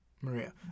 Maria